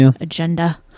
agenda